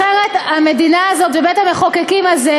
אחרת המדינה הזאת ובית-המחוקקים הזה,